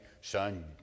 son